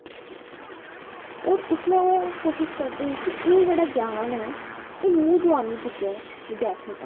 ते उसलै कोशिश करदे हे की एह् जेह्ड़ा ज्ञान ऐ की ओह् ज्ञान पुज्जे विद्यार्थी तगर